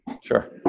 Sure